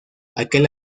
aquel